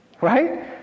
right